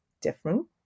different